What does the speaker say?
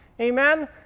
Amen